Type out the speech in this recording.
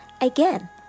again